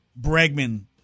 Bregman